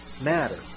matter